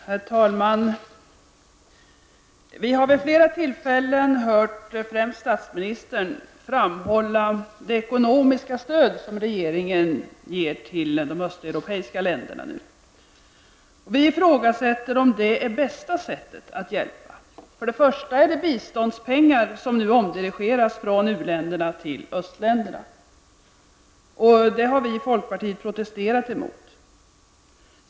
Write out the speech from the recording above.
Herr talman! Vi har vid flera tillfällen hört främst statsministern framhålla det ekonomiska stöd som regeringen nu ger till de östeuropeiska länderna. Vi ifrågasätter om det är det bästa sättet att hjälpa. För det första är det fråga om biståndspengar som nu omdirigeras från u-länderna till östländerna. Det har vi i folkpartiet protesterat mot.